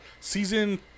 season